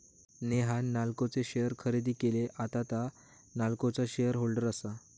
नेहान नाल्को चे शेअर खरेदी केले, आता तां नाल्कोचा शेअर होल्डर आसा